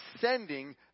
sending